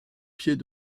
pied